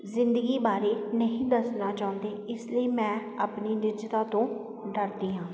ਜ਼ਿੰਦਗੀ ਬਾਰੇ ਨਹੀਂ ਦੱਸਣਾ ਚਾਹੁੰਦੇ ਇਸ ਲਈ ਮੈਂ ਆਪਣੀ ਨਿੱਜਤਾ ਤੋਂ ਡਰਦੀ ਹਾਂ